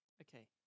Okay